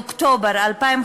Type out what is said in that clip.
גברתי.